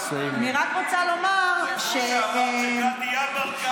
אני רק רוצה לומר, את אמרת שגדי יברקן הוא גזען?